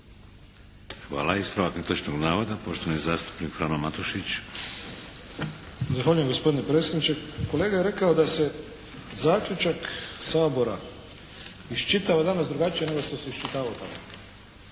Hvala. Ispravak netočnog navoda poštovani zastupnik Frano Matušić. **Matušić, Frano (HDZ)** Zahvaljujem gospodine predsjedniče. Kolega je rekao da se zaključak Sabora iščitava danas drugačije nego što se iščitavao tada.